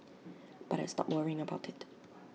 but I stopped worrying about IT